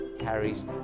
carries